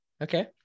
okay